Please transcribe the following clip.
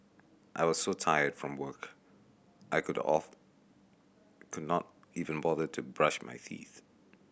I was so tired from work I could of could not even bother to brush my teeth